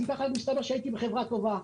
אם כך מסתבר שהייתי בחברה טובה.